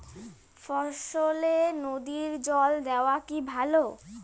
ফসলে নদীর জল দেওয়া কি ভাল?